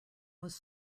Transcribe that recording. was